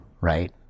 right